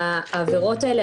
העבירות האלה,